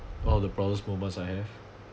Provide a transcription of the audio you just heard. one of the proudest moments I have